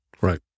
Right